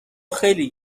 خیلی